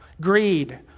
greed